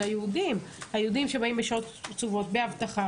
היהודים שבאים בשעות קצובות ותחת אבטחה.